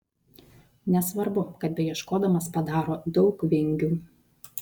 nesvarbu kad beieškodamas padaro daug vingių